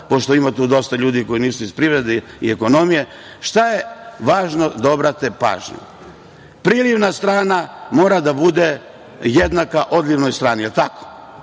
pošto ima tu dosta ljudi koji nisu iz privrede i ekonomije, na šta je važno da obrate pažnju. Prilivna strana mora da bude jednaka odlivnoj strani. Jel tako?